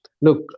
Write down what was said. Look